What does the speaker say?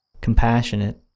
compassionate